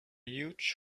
huge